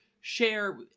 share